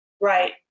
Right